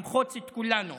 למחוץ את כולנו.